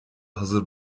hazır